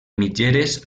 mitgeres